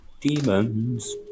Demons